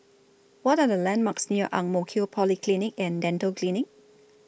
What Are The landmarks near Ang Mo Kio Polyclinic and Dental Clinic